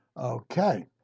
Okay